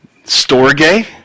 Storge